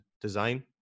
Design